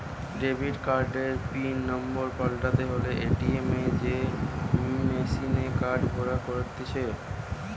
debit কার্ডের pin number পাল্টাতে হলে এ.টি.এম এ যেয়ে মেসিনে কার্ড ভরে করতে হচ্ছে